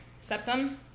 septum